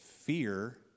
fear